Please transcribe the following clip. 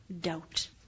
Doubt